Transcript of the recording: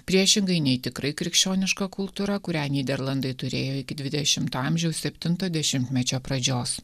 priešingai nei tikrai krikščioniška kultūra kurią nyderlandai turėjo iki dvidešimto amžiaus septinto dešimtmečio pradžios